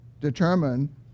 determine